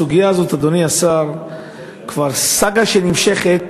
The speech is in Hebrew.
הסוגיה הזאת, אדוני השר, היא סאגה שנמשכת